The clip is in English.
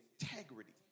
integrity